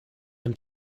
ein